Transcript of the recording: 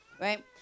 right